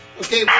Okay